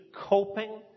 coping